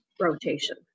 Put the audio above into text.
rotation